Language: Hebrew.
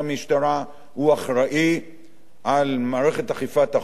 הוא אחראי למערכת אכיפת החוק בישראל.